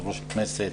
יושב-ראש הכנסת,